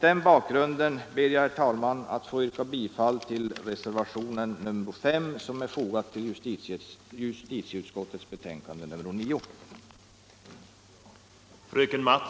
sendet sendet